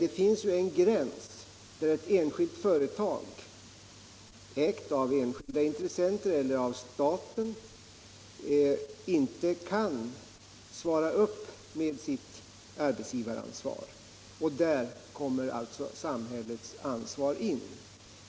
Det finns en gräns utöver vilken ett enskilt företag, ägt av enskilda intressenter eller av staten, inte längre kan fullfölja sitt arbetsgivaransvar, och då kommer samhällets ansvar in.